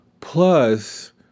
Plus